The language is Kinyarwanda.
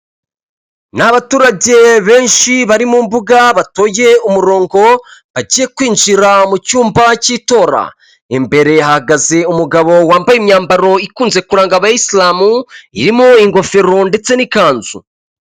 Ni abaturage benshi bari mu mbuga batoye umurongo bagiye kwinjira mu cyumba cy'itora, imbere hahagaze umugabo wambaye imyambaro ikunze kuranga abayisilamu irimo ingofero ndetse n'ikanzu.